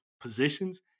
positions